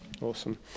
Awesome